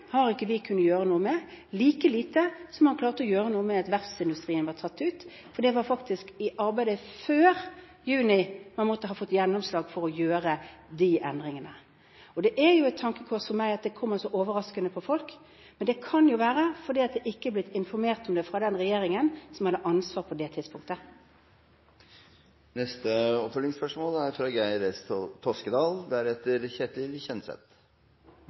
har ikke vi kunnet gjøre noe med, like lite som man klarte å gjøre noe med at verftsindustrien var tatt ut. Det var faktisk i arbeidet før juni man måtte ha fått gjennomslag for å gjøre de endringene. Det er et tankekors for meg at det kommer så overraskende på folk, men det kan være fordi det ikke har blitt informert om fra den regjeringen som hadde ansvaret på det tidspunktet. Geir S. Toskedal – til oppfølgingsspørsmål.